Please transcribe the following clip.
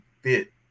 fit